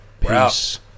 Peace